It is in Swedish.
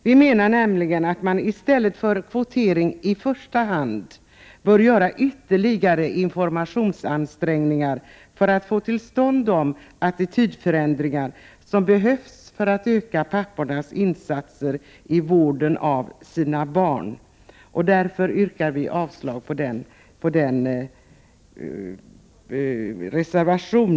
Vi menar nämligen att det, i stället för att kvotering införs, i första hand bör göras ytterligare informationsansträngningar för att få till stånd de attitydförändringar som behövs för att öka pappornas insatser i vården av sina barn. Därför yrkar jag avslag på reservationerna i denna fråga.